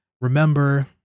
Remember